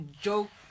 joke